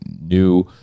new